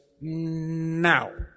now